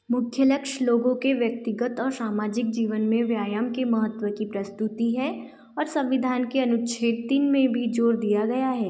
मुख्य लक्ष्य लोगों के व्यक्तिगत और सामाजिक जीवन में व्यायाम के महत्व की प्रस्तुति है और संविधान के अनुच्छेद तीन में भी ज़ोर दिया गया है